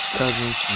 cousins